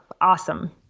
Awesome